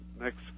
next